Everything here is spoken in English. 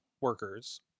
workers